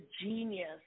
genius